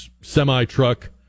semi-truck